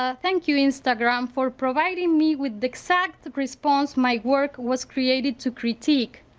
ah thank you instagram for providing me with the exact response my work was created to critique.